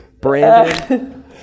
Brandon